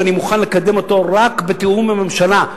ואני מוכן לקדם אותו רק בתיאום עם הממשלה.